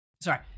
Sorry